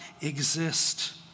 exist